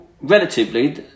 relatively